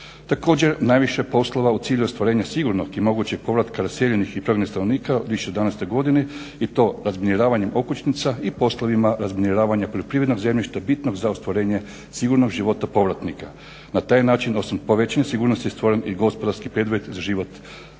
Također, najviše poslova u cilju ostvarenja sigurnog i mogućeg povratka raseljenih i prognanih stanovnika u 2011. godini i to razminiravanjem okućnica i poslovima razminiravanja poljoprivrednog zemljišta bitnog za ostvarenje sigurnog života povratnika. Na taj način osim povećanih sigurnosti je stvoren i gospodarski preduvjet za život povratnika